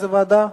איזו ועדה?